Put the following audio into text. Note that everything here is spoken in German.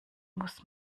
muss